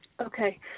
Okay